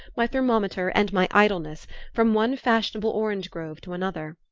my thermometer and my idleness from one fashionable orange-grove to another.